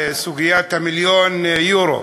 לסוגיית מיליון היורו.